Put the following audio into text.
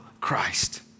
Christ